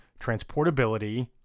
transportability